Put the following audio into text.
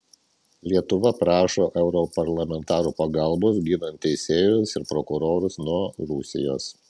lietuva prašo europarlamentarų pagalbos ginant teisėjus ir prokurorus nuo rusijos